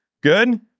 Good